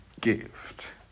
gift